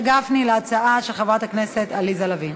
גפני להצעה של חברת הכנסת עליזה לביא.